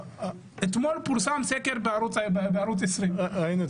אתמול פורסם סקר בערוץ 20. ראינו את זה.